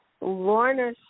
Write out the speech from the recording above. Lorna